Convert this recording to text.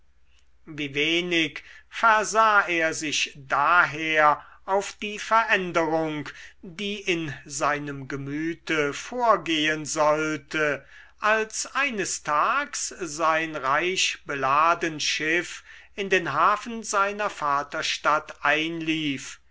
wie wenig versah er sich daher auf die veränderung die in seinem gemüte vorgehen sollte als eines tags sein reich beladen schiff in den hafen seiner vaterstadt einlief